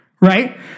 right